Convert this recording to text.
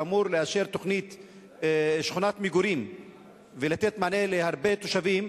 שאמורה לאשר שכונת מגורים ולתת מענה להרבה תושבים,